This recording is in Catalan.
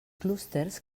clústers